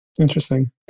interesting